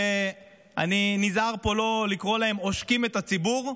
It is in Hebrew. אני נזהר פה שלא לומר עליהם "עושקים את הציבור",